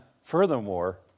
Furthermore